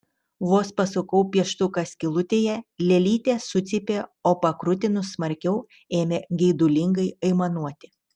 vos pasukau pieštuką skylutėje lėlytė sucypė o pakrutinus smarkiau ėmė geidulingai aimanuoti